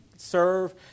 serve